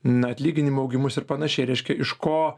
na atlyginimų augimus ir panašiai reiškia iš ko